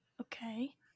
Okay